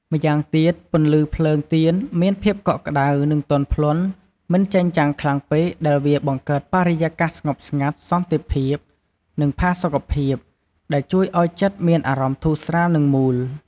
ម្យ៉ាងទៀត ពន្លឺភ្លើងទៀនមានភាពកក់ក្ដៅ និងទន់ភ្លន់ មិនចែងចាំងខ្លាំងពេកដែលវាបង្កើតបរិយាកាស ស្ងប់ស្ងាត់ សន្តិភាព និងផាសុកភាព ដែលជួយឲ្យចិត្តមានអារម្មណ៍ធូរស្រាល និងមូល។